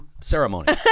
ceremony